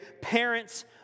parents